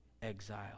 exile